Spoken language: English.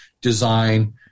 design